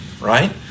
right